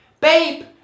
Babe